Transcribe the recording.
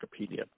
Wikipedia